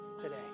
today